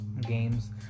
games